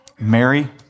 Mary